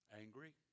angry